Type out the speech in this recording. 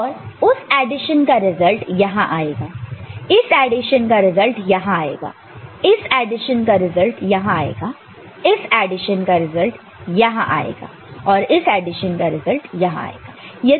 और उस एडिशन का रिजल्ट यहां आएगा इस एडिशन का रिजल्ट यहां आएगा इस एडिशन का रिजल्ट यहां आएगा इस एडिशन का रिजल्ट यहां आएगा इस एडिशन का रिजल्ट यहां आएगा